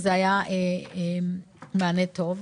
זה היה מענה טוב.